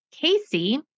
Casey